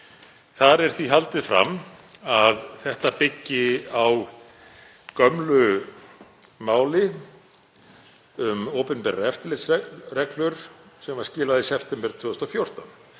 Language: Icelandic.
Þar er því haldið fram að þetta byggi á gömlu máli um opinberar eftirlitsreglur sem skilað var í september 2014.